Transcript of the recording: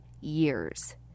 years